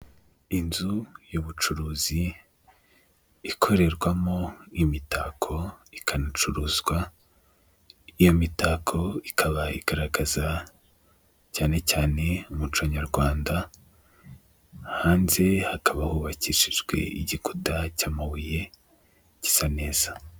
Inzu y'ubucuruzi ikorerwamo imitako ikanacuruzwa, iyo mitako ikaba igaragaza cyane cyane muco nyarwanda, hanze hakaba hubakishijwe igikuta cy'amabuye gisa neza.